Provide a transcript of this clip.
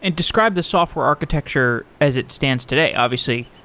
and describe the software architecture as it stands today. obviously,